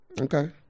Okay